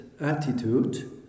attitude